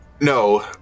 no